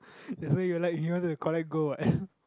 that's why you like you want to collect gold what